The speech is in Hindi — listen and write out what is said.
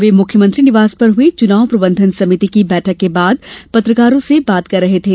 वे मुख्यमंत्री निवास पर हई चुनाव प्रबंधन समिति की बैठक के बाद पत्रकारों से बात कर रहे थे